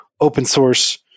open-source